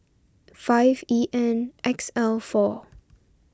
five E N X L four